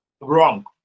wrong